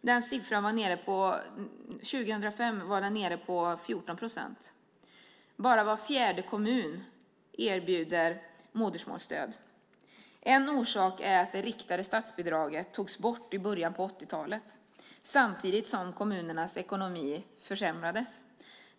Den siffran var 2005 nere på 14 procent. Bara var fjärde kommun erbjuder modersmålsstöd. En orsak är att det riktade statsbidraget togs bort i början av 1980-talet, samtidigt som kommunernas ekonomi försämrades.